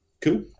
cool